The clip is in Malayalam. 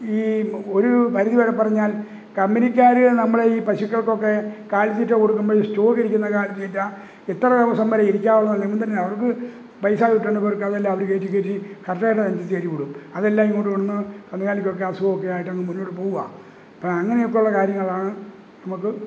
ഈ ഒരൂ പരിധി വരെ പറഞ്ഞാൽ കമ്പനിക്കാര് നമ്മളെ ഈ പശുക്കൾക്കൊക്കെ കാലിത്തീറ്റ കൊടുക്കുമ്പോഴീ സ്റ്റോക്കിരിക്കുന്ന കാലിത്തീറ്റ ഇത്ര ദിവസം വരെയേ ഇരിക്കാവൂ എന്ന് നിബന്ധനയാണ് അവർക്ക് പൈസ കിട്ടണ്ട പേർക്ക് അതല്ല അവര് കയറ്റിക്കയറ്റി കർഷകൻ്റെ നെഞ്ചത്ത് കയറ്റിവിടും അതെല്ലാമിങ്ങോട്ട് കൊണ്ടുവന്ന് കന്നുകാലിക്കൊക്കെ അസുഖമൊക്കെയായിട്ടങ്ങ് മുന്നോട്ട് പോവുകയാണ് അപ്പോള് അങ്ങനെയൊക്കെയുള്ള കാര്യങ്ങളാണ് നമുക്ക്